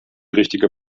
richtige